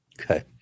Okay